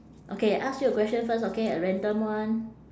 okay ask you a question first okay a random one